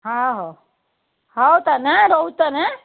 ହଁ ହଉ ହଉ ତାହାନେ ରହୁଛି ତାହାନେ ଆଁ